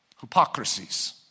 hypocrisies